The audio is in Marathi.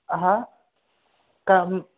हा